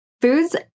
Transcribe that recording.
foods